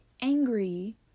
angry